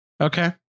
Okay